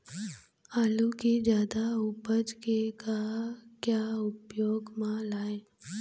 आलू कि जादा उपज के का क्या उपयोग म लाए?